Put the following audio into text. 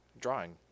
drawing